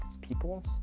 people